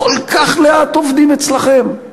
כל כך לאט עובדים אצלכם,